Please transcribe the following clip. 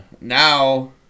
now